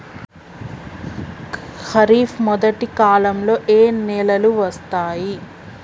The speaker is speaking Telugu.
ఖరీఫ్ మొదటి కాలంలో ఏ నెలలు వస్తాయి?